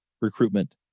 recruitment